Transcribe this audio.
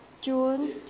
June